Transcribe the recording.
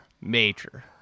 major